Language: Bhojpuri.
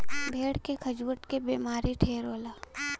भेड़ के खजुहट के बेमारी ढेर होला